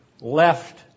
left